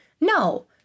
No